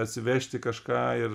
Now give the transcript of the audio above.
atsivežti kažką ir